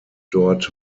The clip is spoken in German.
dort